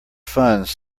funds